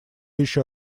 еще